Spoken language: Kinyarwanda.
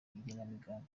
igenamigambi